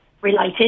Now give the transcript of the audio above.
related